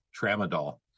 Tramadol